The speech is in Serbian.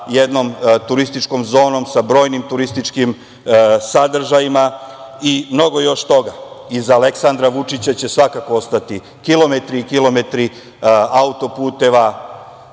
jednom turističkom zonom, sa brojnim turističkim sadržajima i mnogo još toga. Iza Aleksandra Vučića će svakako ostati kilometri i kilometri autoputeva,